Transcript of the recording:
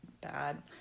bad